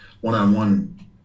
one-on-one